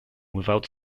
without